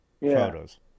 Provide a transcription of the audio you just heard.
photos